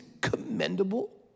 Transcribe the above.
commendable